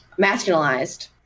masculinized